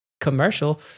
Commercial